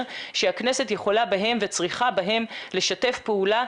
שהכנסת יכולה בהם וצריכה בהם לשתף פעולה.